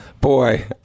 Boy